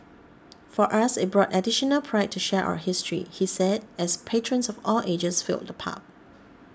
for us it brought additional pride to share our history he said as patrons of all ages filled the pub